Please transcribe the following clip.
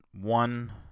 one